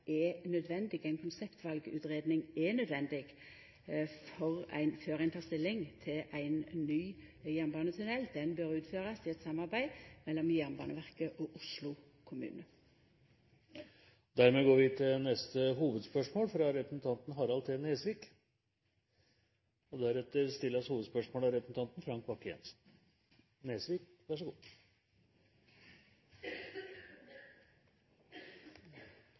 er nødvendig før ein tek stilling til ein ny jernbanetunnel. Ho bør utførast i eit samarbeid mellom Jernbaneverket og Oslo kommune. Vi går til neste hovedspørsmål. Jeg ser at samferdselsministeren gikk og